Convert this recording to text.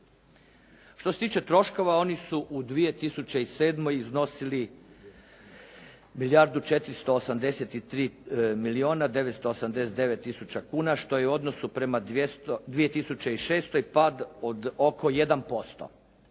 Što se tiče troškova, oni su u 2007. iznosili milijardu 483 milijuna 989 tisuća kuna, što je u odnosu prema 2006. pad od oko 1%.